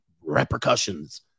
repercussions